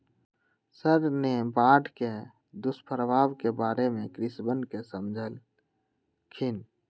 sir ने बाढ़ के दुष्प्रभाव के बारे में कृषकवन के समझल खिन